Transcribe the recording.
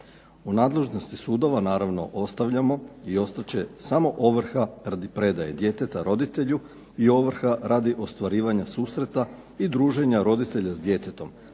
U nadležnosti sudova naravno ostavljamo i ostat će samo ovrha radi predaje djeteta roditelju i ovrha radi ostvarivanja susreta i druženja roditelja s djetetom,